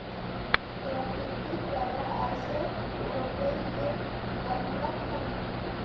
प्राकृतिक rubber isopropene के बहुलक हई